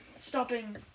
stopping